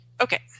Okay